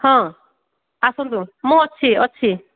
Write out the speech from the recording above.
ହଁ ଆସନ୍ତୁ ମୁଁ ଅଛି ଅଛି